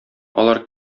алар